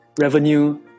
revenue